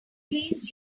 freeze